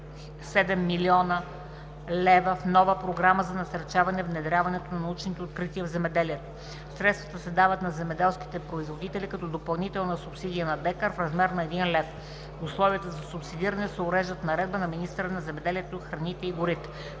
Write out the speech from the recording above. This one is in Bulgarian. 7 млн. лв. в нова програма за насърчаване внедряването на научните открития в земеделието. Средствата се дават на земеделските производители като допълнителна субсидия на декар, в размер на 1 лв. Условията за субсидиране се уреждат в наредба на министъра на земеделието, храните и горите.“